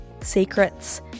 secrets